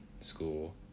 school